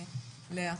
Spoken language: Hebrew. לאה.